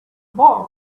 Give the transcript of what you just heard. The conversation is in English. born